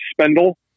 spindle